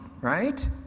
right